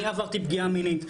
אני עברתי פגיעה מינית.